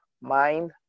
mind